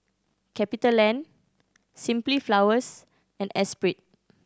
CapitaLand Simply Flowers and Espirit